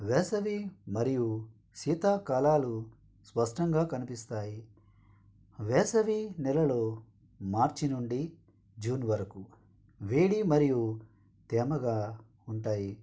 వేసవి మరియు శీతాకాలాలు స్పష్టంగా కనిపిస్తాయి వేసవి నెలలో మార్చి నుండి జూన్ వరకు వేడి మరియు తేమగా ఉంటాయి